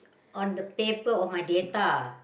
on the paper of my data